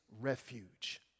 refuge